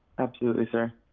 absolutely sir.